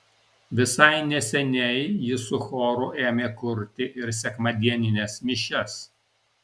visai neseniai jis su choru ėmė kurti ir sekmadienines mišias